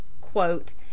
quote